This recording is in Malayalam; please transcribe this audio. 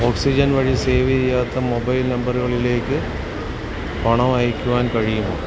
ഓക്സിജൻ വഴി സേവ് ചെയ്യാത്ത മൊബൈൽ നമ്പറുകളിലേക്ക് പണം അയയ്ക്കുവാൻ കഴിയുമോ